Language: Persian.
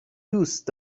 دوست